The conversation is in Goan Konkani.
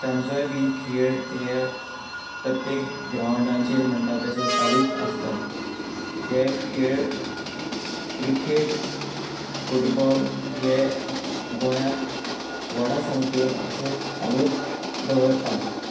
तांचोय बीन खेळ हे प्रत्येक ग्रावंडाचेर म्हणटा तशें चालूच आसता हे खेळ क्रिकेट फुटबॉल हे गोंयांत व्हडा संख्येन अशे चालूच दवरता